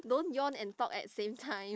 don't yawn and talk at same time